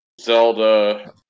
Zelda